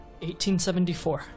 1874